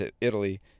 Italy